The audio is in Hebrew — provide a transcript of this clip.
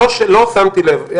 לא שמתי לב,